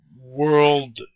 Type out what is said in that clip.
world